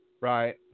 Right